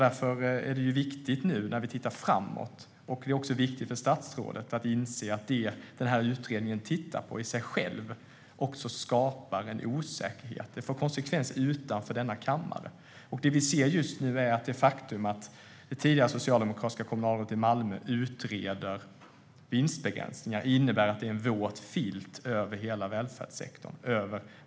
När vi tittar framåt är det viktigt att statsrådet inser att utredningen i sig själv skapar en osäkerhet och får konsekvenser utanför kammaren. Att det tidigare socialdemokratiska kommunalrådet utreder vinstbegränsningar lägger en våt filt över hela välfärdssektorn.